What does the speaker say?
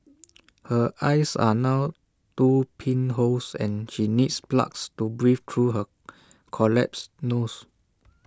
her eyes are now two pinholes and she needs plugs to breathe through her collapsed nose